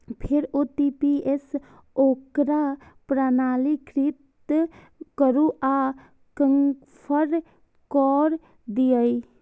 फेर ओ.टी.पी सं ओकरा प्रमाणीकृत करू आ कंफर्म कैर दियौ